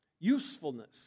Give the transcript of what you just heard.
usefulness